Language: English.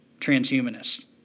transhumanists